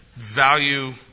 value